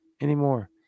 anymore